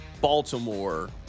Baltimore